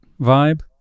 vibe